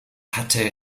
hatte